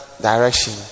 direction